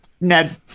Ned